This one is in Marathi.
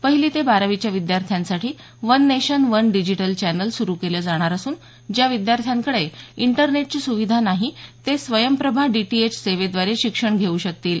पहिली ते बारावीच्या विद्यार्थ्यांसाठी one nation one digital channel सुरु केलं जाणार असून ज्या विद्यार्थ्यांकडे इंटरनेटची सुविधा नाही ते स्वयं प्रभा डीटीएच सेवेद्वारे शिक्षण घेऊ शकतील